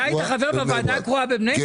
אתה היית חבר בוועדה הקרואה בבני ברק?